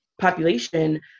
population